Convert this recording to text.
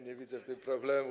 nie widzę w tym problemu.